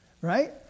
Right